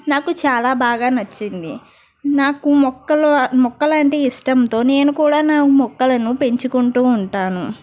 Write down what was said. నాకు చాలా బాగా నచ్చింది నాకు మొక్కలు మొక్కలు అంటే ఇష్టంతో నేను కూడా నా మొక్కలను పెంచుకుంటు ఉంటాను